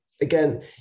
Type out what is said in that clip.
again